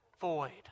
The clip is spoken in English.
void